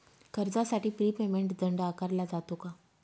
कर्जासाठी prepayment दंड आकारला जातो का?